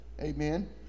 Amen